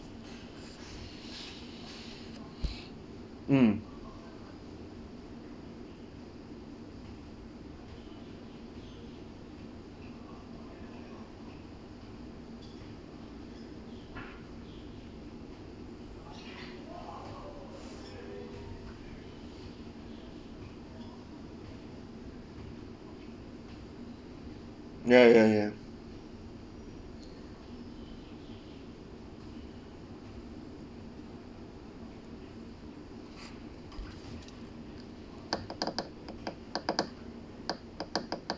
mm ya ya ya